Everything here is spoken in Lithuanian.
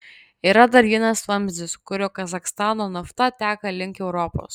yra dar vienas vamzdis kuriuo kazachstano nafta teka link europos